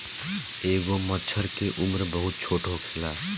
एगो मछर के उम्र बहुत छोट होखेला